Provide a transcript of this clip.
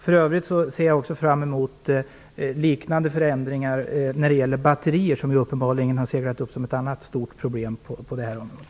För övrigt ser jag fram emot liknande förändringar när det gäller batterier, som har seglat upp som ett annat stort problem på det här området.